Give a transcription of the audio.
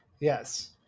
Yes